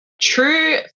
true